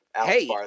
Hey